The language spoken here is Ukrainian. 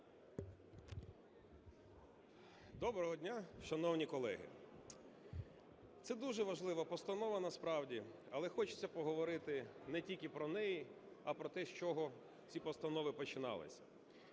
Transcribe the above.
Доброго дня! Це дуже важлива постанова насправді, але хочеться поговорити не тільки про неї, а про те, з чого ці постанови починалися.